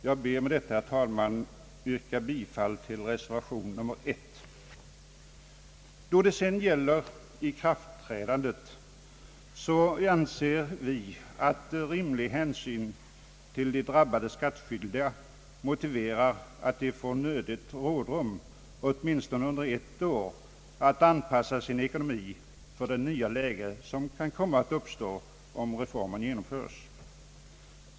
Jag ber med detta, herr talman, att få yrka bifall till reservation I. vi att rimlig hänsyn till de drabbade skattskyldiga motiverar att de får nödigt rådrum, åtminstone under ett år, att anpassa sin ekonomi till det nya läge som kan komma att uppstå, om reformen genomföres.